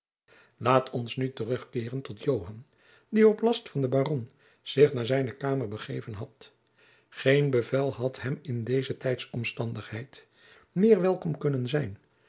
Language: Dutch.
laat ons nu terugkeeren tot joan die op last jacob van lennep de pleegzoon van den baron zich naar zijne kamer begeven had geen bevel had hem in deze tijdsomstandigheid meer welkom kunnen zijn